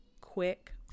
quick